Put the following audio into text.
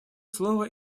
слово